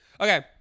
Okay